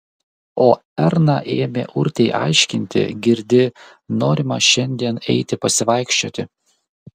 o erna ėmė urtei aiškinti girdi norima šiandien eiti pasivaikščioti